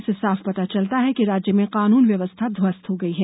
इससे साफ पता चलता है कि राज्य में कानून व्यवस्था ध्वस्त हो गई है